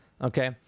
Okay